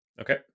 Okay